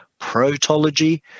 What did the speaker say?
protology